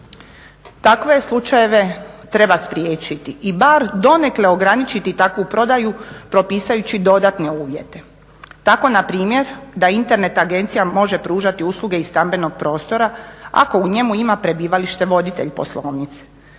Takve je slučajeve treba spriječiti i bar donekle ograničiti takvu prodaju propisujući dodatne uvjete, tako npr. da Internet agencija može pružati usluge iz stambenog prostora ako u njemu ima prebivalište voditelj poslovnice